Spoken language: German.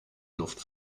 luft